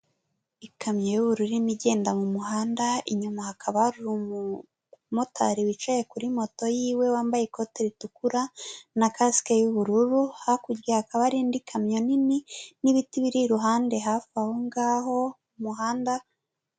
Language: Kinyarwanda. Ikamyo y'ubururu irimo igenda mu muhanda, inyuma hakaba hari umumotari wicaye kuri moto yiwe, wambaye ikote ritukura na kasike y'ubururu, hakurya hakaba hari indi kamyo nini n'ibiti biri iruhande hafi aho ngaho ku umuhanda...